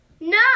No